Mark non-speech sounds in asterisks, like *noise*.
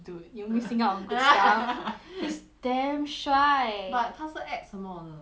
dude you missing out on good stuff *laughs* he's damn 帅 but 他是 act 什么的